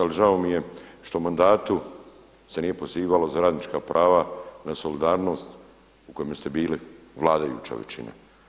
Ali žao mi je što u mandatu se nije pozivalo za radnička prava, na solidarnost u kojemu ste bili vladajuća većina.